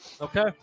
Okay